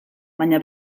baina